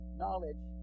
knowledge